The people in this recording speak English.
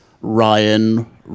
Ryan